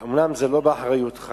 אומנם זה לא באחריותך,